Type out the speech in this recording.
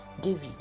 David